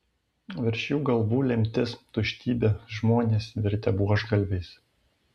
virš jų galvų lemtis tuštybė žmonės virtę buožgalviais